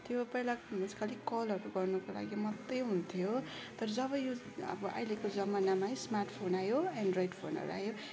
त्यो पहिलाको फोनमा चाहिँ खालि कलहरू गर्नुको लागि मात्रै हुन्थ्यो हो तर जब यो अब अहिलेको जमानामा है स्मार्टफोन आयो एन्ड्रोइड फोनहरू आयो